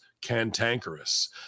cantankerous